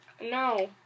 No